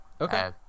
Okay